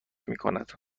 میکند